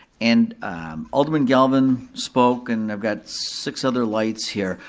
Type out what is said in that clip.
and alderman galvin spoke, and i've got six other lights here.